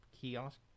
Kiosk